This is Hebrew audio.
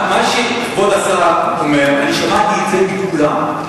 את מה שכבוד השר אומר, שמעתי את זה מכולם.